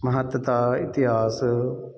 ਮਹੱਤਤਾ ਇਤਿਹਾਸ